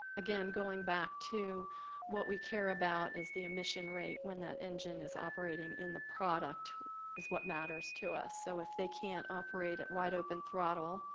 again, going back to what we care about is the emission rate when that engine is operating in the product is what matters to us. so if they can't operate at wide open throttle,